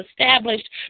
established